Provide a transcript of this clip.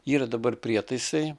yra dabar prietaisai